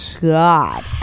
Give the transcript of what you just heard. God